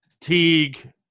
Teague